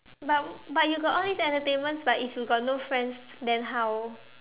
but but you got all this entertainments but if you got no friends then how